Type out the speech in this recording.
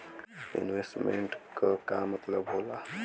Investment क का मतलब हो ला?